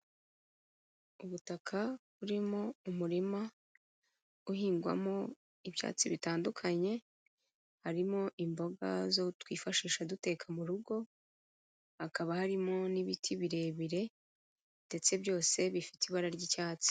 Ubutaka buririmo umurima uhingwamo ibyatsi bitandukanye, harimo imboga zo twifashisha duteka mu rugo, hakaba harimo n'ibiti birebire ndetse byose bifite ibara ry'icyatsi.